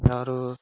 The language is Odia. ଆରୁ